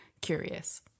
curious